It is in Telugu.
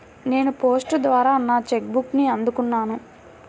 నేను పోస్ట్ ద్వారా నా చెక్ బుక్ని అందుకున్నాను